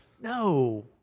No